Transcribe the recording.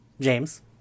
James